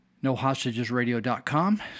NoHostagesRadio.com